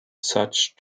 such